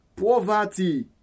poverty